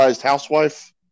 housewife